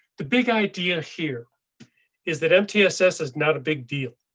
the big idea here is that mtss is not a big deal.